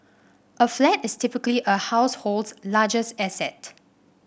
a flat is typically a household's largest asset